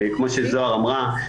כמו שזהר אמרה,